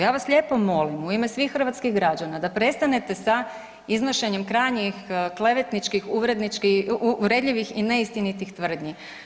Ja vas lijepo molim u ime svih hrvatskih građana da prestanete sa iznošenjem krajnjih klevetničkih uvredničkih, uvredljivih i neistinitih tvrdnji.